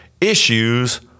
issues